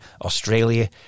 Australia